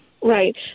Right